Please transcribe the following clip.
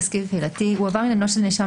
220ט.תסקיר קהילתי הועבר עניינו של נאשם